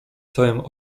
całym